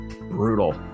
Brutal